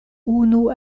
unu